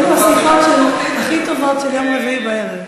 אלו השיחות הכי טובות, של יום רביעי בערב.